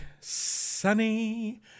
sunny